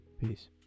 peace